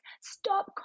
stop